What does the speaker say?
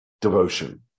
devotion